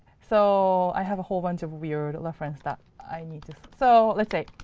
so i have a whole bunch of weird references that i need to so let's say,